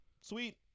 sweet